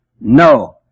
No